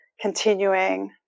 continuing